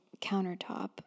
countertop